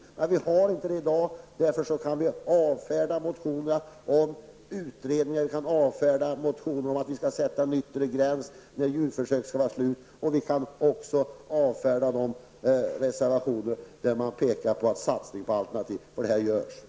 Vi har inte några i dag och därför måste vi avfärda motionerna om utredningar liksom också motionerna om att vi skall sätta en övre gräns för djurförsöken. Vidare kan vi avfärda de reservationer där man talar för satsning på alternativ, eftersom som sådana satsningar görs.